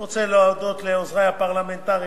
אני רוצה להודות לעוזרי הפרלמנטרים,